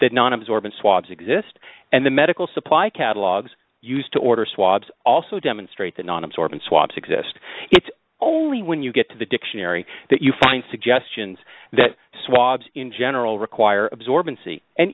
that non absorbent swabs exist and the medical supply catalogs used to order swabs also demonstrate that non absorbent swabs exist it's only when you get to the dictionary that you find suggestions that swabs in general require absorbency and